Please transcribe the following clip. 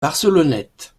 barcelonnette